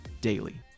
daily